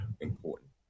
important